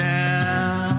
now